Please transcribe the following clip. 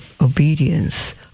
obedience